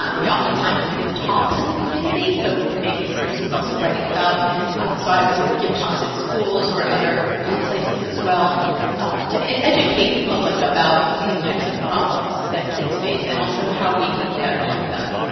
um we oftentimes will give talks in the community. so maybe this person's also writing about so i will give talks at schools or other ah places as well to educate the public about these types of problems that kids face and also how we can better help them.